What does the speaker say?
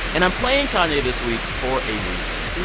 and i'm playing kanye this week for a reason,